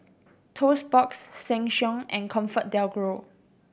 Toast Box Sheng Siong and Comfort DelGro